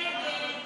נכון